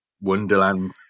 wonderland